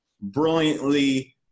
brilliantly